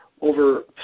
over